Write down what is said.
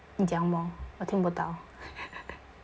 你讲什么我听不到